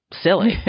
Silly